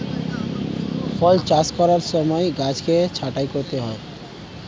ফল চাষ করার সময় গাছকে ছাঁটাই করতে হয়